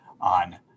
on